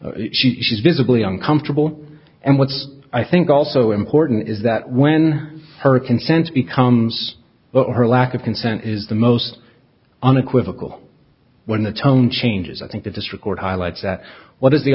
place she's visibly uncomfortable and what's i think also important is that when her consent becomes but her lack of consent is the most unequivocal when the tone changes i think that this record highlights that what is the